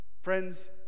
Friends